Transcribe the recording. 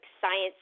science